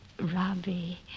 Robbie